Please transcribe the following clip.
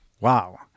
Wow